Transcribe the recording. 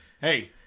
Hey